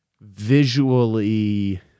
visually